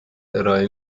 ارائه